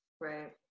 Right